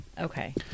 Okay